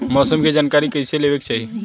मौसम के जानकारी कईसे लेवे के चाही?